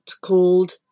called